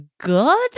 good